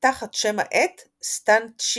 תחת שם העט "סטנצ'יקובנה".